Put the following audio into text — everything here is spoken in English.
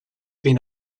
been